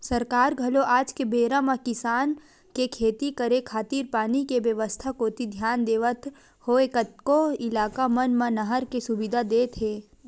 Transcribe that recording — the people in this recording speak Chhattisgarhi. सरकार घलो आज के बेरा म किसान के खेती करे खातिर पानी के बेवस्था कोती धियान देवत होय कतको इलाका मन म नहर के सुबिधा देत हे